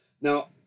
now